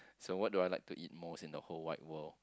so what do I like to eat most in the whole wide world